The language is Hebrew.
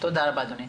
תודה רבה אדוני.